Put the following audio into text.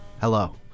Hello